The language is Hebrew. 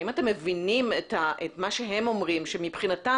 האם אתם מבינים מה שהם אומרים שמבחינתם